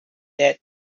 that